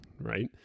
right